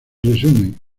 resumen